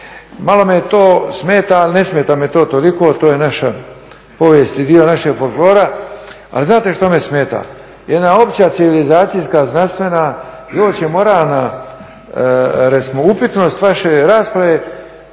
Malo me to smeta, ali ne smeta me to toliko. To je naša povijest i dio našeg folklora. Ali znate što me smeta? Jedna opća civilizacijska znanstvena i uopće moralna recimo upitnost vaše rasprave